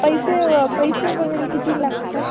पैसे पैसे वगैरे किती लागतात